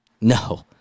No